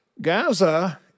Gaza